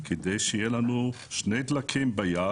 כדי שיהיו לנו שני דלקים ביד,